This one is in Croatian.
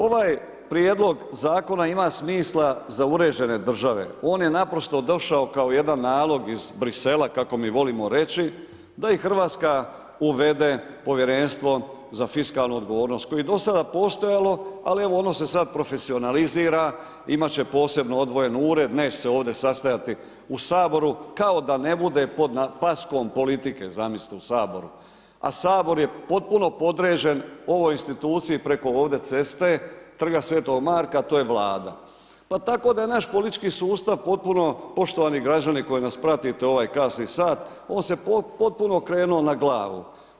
Ovaj Prijedlog zakona ima smisla za uređene države, on je naprosto došao kao jedan nalog iz Brisela, kako mi volimo reći, da i RH uvede Povjerenstvo za fiskalnu odgovornost, koje je do sada postojali, ali, evo, ono se sada profesionalizira, imati će posebno odvojen ured, neće se ovdje sastajati u Saboru, kao da ne bude pod paskom politike, zamislite u Saboru, a Sabor je potpuno podređen ovoj instituciji preko ovdje ceste, Trga Sv. Marka, to je Vlada, pa tako da je naš politički sustav potpuno, poštovani građani koji nas pratite u ovaj kasni sat, on se potpuno okrenuo na glavu.